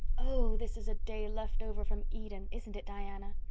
oh, this is a day left over from eden, isn't it, diana.